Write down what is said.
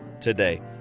today